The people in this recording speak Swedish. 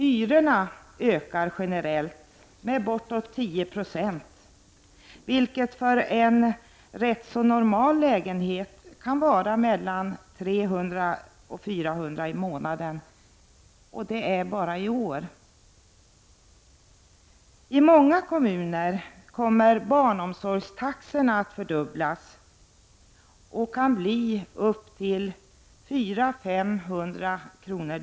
Hyrorna ökar generellt med bortåt 10 26, vilket för en ganska normal lägenhet kan innebära en höjning med 300-400 kr. i månaden — bara i år. I många kommuner kommer barnomsorgstaxorna att fördubblas. Det kan bli upp till 500 kr.